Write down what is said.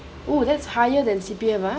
oh that's higher than C_P_F ah